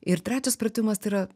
ir trečias pratimas tai yra